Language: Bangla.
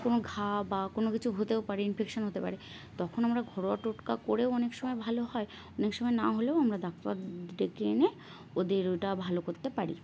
কোনো ঘা বা কোনো কিছু হতেও পারে ইনফেকশান হতে পারে তখন আমরা ঘরোয়া টোটকা করেও অনেক সময় ভালো হয় অনেক সময় না হলেও আমরা ডাক্তার ডেকে এনে ওদের ওটা ভালো করতে পারি